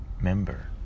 member